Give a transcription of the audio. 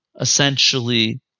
essentially